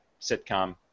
sitcom